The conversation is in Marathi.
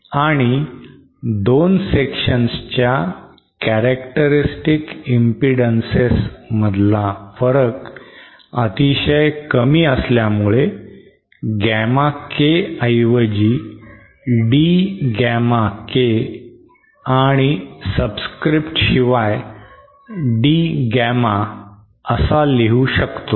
आणि दोन सेक्शन्सच्या कॅरॅक्टरिस्टिक इम्पीडन्सेस मधला फरक अतिशय कमी असल्यामुळे Gamma K ऐवजी D Gamma K आणि subscript शिवाय D Gamma असा लिहू शकतो